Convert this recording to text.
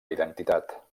identitat